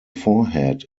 forehead